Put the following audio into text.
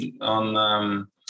on